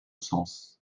sens